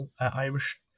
Irish